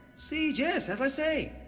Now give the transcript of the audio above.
si, yes. as i say,